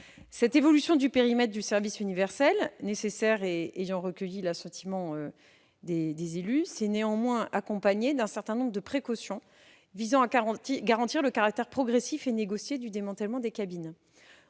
Cette évolution du périmètre du service universel, nécessaire et ayant recueilli l'assentiment des élus, s'est néanmoins accompagnée d'un certain nombre de précautions visant à garantir le caractère progressif et négocié du démantèlement des cabines.